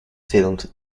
filmed